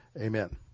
Amen